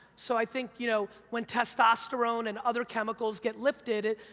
so i think, you know? when testosterone and other chemicals get lifted,